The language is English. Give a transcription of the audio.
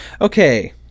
Okay